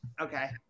okay